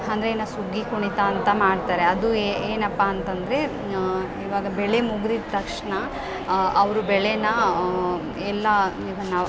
ಅಂದ್ರೆ ಸುಗ್ಗಿ ಕುಣಿತ ಅಂತ ಮಾಡ್ತಾರೆ ಅದು ಏನಪ್ಪ ಅಂತಂದರೆ ಇವಾಗ ಬೆಳೆ ಮುಗ್ದಿದ ತಕ್ಷಣ ಅವರು ಬೆಳೆ ಎಲ್ಲ ಇದನ್ನು